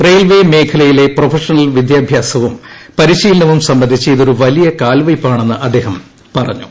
railway മേഖലയിലെ professional വിദ്യാഭ്യാസവും പരിശീലനവും സംബന്ധിച്ച് ഇതൊരു വലിയ കാൽവയ്പാണെന്ന് അദ്ദേഹം പറഞ്ഞു